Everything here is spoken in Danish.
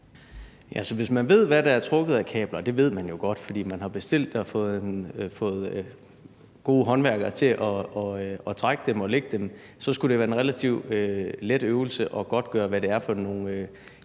Hvis man ved, hvad der er trukket af kabler, og det ved man jo godt, for man har bestilt og fået gode håndværkere til at trække dem og lægge dem, så skulle det være en relativt let øvelse at godtgøre, hvad det er for nogle kabler, der